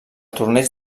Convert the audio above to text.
torneig